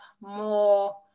more